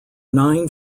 nine